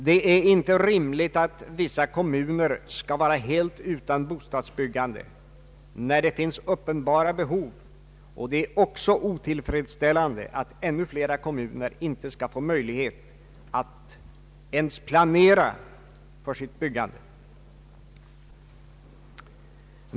Det är inte rimligt att vissa kommuner skall vara helt utan bostadsbyggande, när det finns uppenbara behov, och det är också otillfredsställande att ännu fler kommuner inte skall få möjlighet att ens planera för sitt byggande.